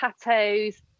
tattoos